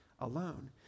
alone